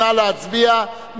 נא להצביע.